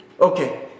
Okay